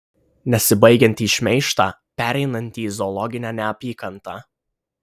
nesibaigiantį šmeižtą pereinantį į zoologinę neapykantą